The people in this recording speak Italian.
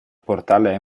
portale